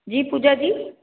जी Pooja जी